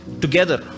together